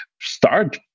start